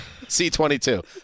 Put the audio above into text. C22